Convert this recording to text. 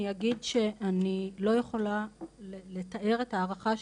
אני אגיד שאני לא יכולה לתאר את ההערכה שלי,